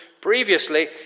previously